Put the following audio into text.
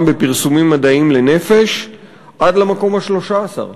בפרסומים מדעיים לנפש עד למקום ה-13.